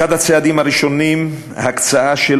אחד הצעדים הראשונים שעשינו היה הקצאה של